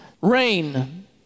rain